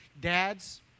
dads